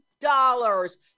dollars